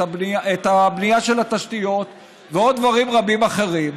את הבנייה של התשתיות ועוד דברים רבים אחרים.